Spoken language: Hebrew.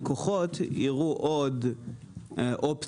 היא שהלקוחות יראו עוד אופציות,